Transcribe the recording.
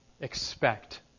expect